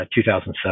2007